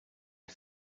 you